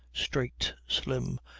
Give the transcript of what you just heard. straight, slim,